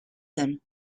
him